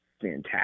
fantastic